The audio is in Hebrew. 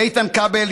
איתן כבל,